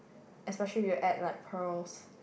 especially if you add like pearls